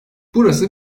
burası